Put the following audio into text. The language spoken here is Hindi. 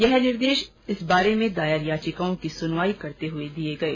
ये निर्देश इस बारे में दायर याचिकाओं की सुनवाई करते हुए दिये गये